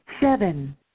seven